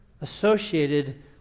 associated